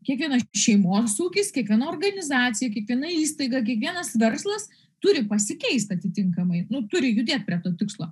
kiekvienas šeimos ūkis kiekviena organizacija kiekviena įstaiga kiekvienas verslas turi pasikeisti atitinkamai nu turi judėt prie to tikslo